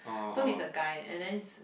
so he's a guy and then